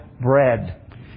bread